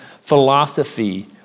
philosophy